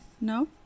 no